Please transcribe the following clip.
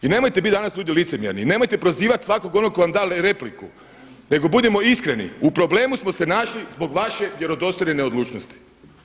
I nemojte biti danas ljudi licemjerni i nemojte prozivati svakog onog tko vam da repliku nego budimo iskreni, u problemu smo se našli zbog vaše vjerodostojne neodlučnosti.